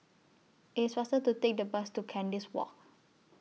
It's faster to Take The Bus to Kandis Walk